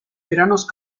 veranos